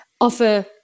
offer